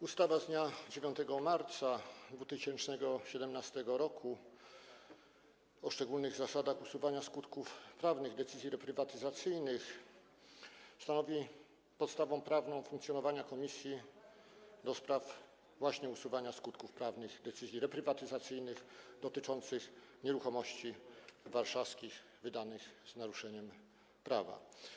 Ustawa z dnia 9 marca 2017 r. o szczególnych zasadach usuwania skutków prawnych decyzji reprywatyzacyjnych stanowi podstawę prawną funkcjonowania Komisji do spraw usuwania skutków prawnych decyzji reprywatyzacyjnych dotyczących nieruchomości warszawskich, wydanych z naruszeniem prawa.